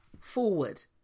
forward